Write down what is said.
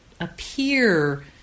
appear